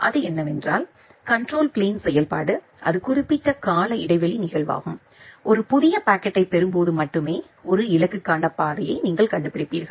அது என்னவென்றால் control plane செயல்பாடு அது குறிப்பிட்ட கால இடைவெளி நிகழ்வாகும் ஒரு புதிய பாக்கெட்டைப் பெறும்போது மட்டுமே ஒரு இலக்குக்கான பாதையை நீங்கள் கண்டுபிடிப்பீர்கள்